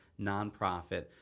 nonprofit